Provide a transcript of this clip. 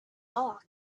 box